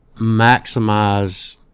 maximize